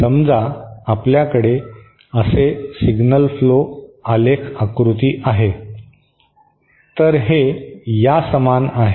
समजा आपल्याकडे असे सिग्नल फ्लो आलेख आकृती आहे तर हे यासमान आहे